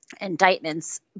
indictments